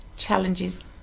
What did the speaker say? Challenges